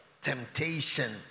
temptation